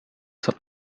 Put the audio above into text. saab